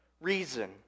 reason